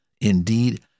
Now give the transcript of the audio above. Indeed